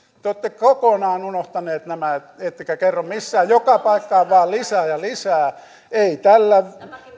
te olette kokonaan unohtaneet nämä ettekä kerro missään joka paikkaan vain lisää ja lisää ei tällä